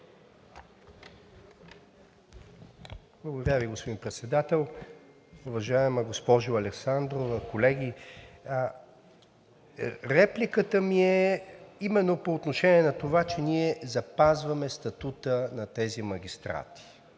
Благодаря Ви, господин Председател. Уважаема госпожо Александрова, колеги! Репликата ми е именно по отношение на това, че ние запазваме статута на тези магистрати.